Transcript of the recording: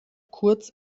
kurz